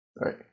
right